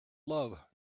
love